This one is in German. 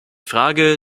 frage